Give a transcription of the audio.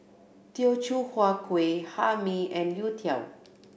Teochew Huat Kueh Hae Mee and youtiao